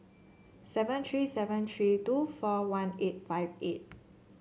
seven three seven three two four one eight five eight